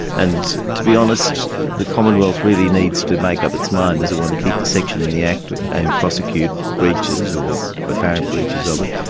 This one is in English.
and to be honest the commonwealth really needs to make up its mind does it want to keep the section in the act and prosecute breaches or apparent breaches of it,